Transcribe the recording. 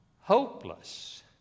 hopeless